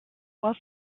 while